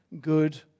Good